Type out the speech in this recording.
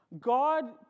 God